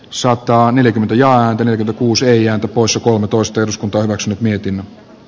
saattaa neljäkymmentä ja ääntelee kuusen ja usa kolmetoista eduskunta hyväksyi mietin